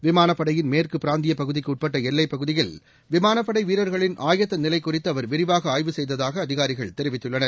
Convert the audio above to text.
விமானப் படையின் மேற்கு பிராந்தியப் பகுதிக்கு உட்பட்ட எல்லைப் பகுதியில் விமானப் படை வீரர்களின் ஆயத்த நிலை குறித்து அவர் விரிவாக ஆய்வு செய்ததாக அதிகாரிகள் தெரிவித்துள்ளனர்